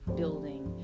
building